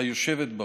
היושבת בראש,